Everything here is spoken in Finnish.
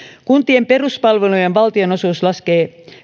kuntien peruspalvelujen valtionosuus laskee